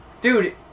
dude